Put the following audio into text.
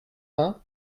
vingt